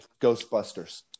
Ghostbusters